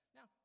Now